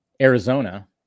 Arizona